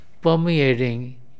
permeating